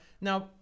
Now